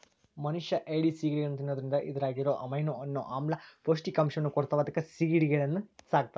ಮನಷ್ಯಾ ಏಡಿ, ಸಿಗಡಿಗಳನ್ನ ತಿನ್ನೋದ್ರಿಂದ ಇದ್ರಾಗಿರೋ ಅಮೈನೋ ಅನ್ನೋ ಆಮ್ಲ ಪೌಷ್ಟಿಕಾಂಶವನ್ನ ಕೊಡ್ತಾವ ಅದಕ್ಕ ಏಡಿಗಳನ್ನ ಸಾಕ್ತಾರ